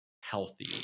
healthy